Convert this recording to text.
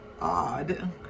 odd